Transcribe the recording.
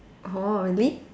oh really